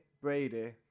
Brady